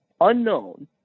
unknown